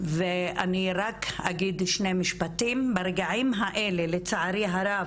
רק אגיד שני משפטים, ברגעים האלה לצערי הרב,